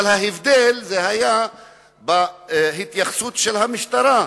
אבל ההבדל היה בהתייחסות של המשטרה,